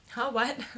!huh! what